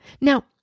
Now